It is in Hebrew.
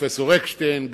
פרופסור אקשטיין,